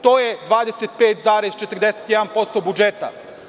To je 25,41% budžeta.